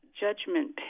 judgment